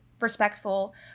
respectful